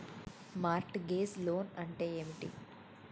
Mart gauge loan అంటే ఏమిటి?